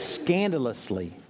scandalously